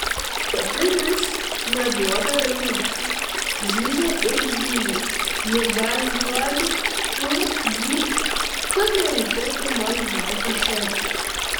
pati vis neduoda ramybės zyzia ir zyzia nugalabyk tu jį kad nereikėtų man veltui šerti